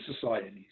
societies